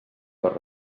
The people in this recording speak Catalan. per